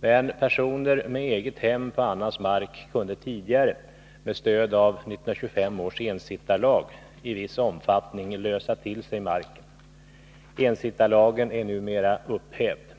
Men personer med eget hem på annans mark kunde tidigare, med stöd av 1925 års ensittarlag, i viss omfattning lösa till sig marken. Ensittarlagen är numera upphävd.